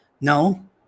no